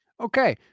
Okay